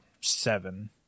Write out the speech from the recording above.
seven